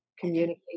Communicate